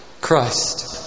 Christ